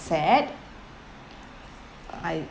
sad I